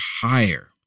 higher